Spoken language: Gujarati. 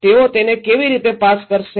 તેઓ તેને કેવી રીતે પાસ કરશે